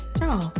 no